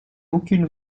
aucune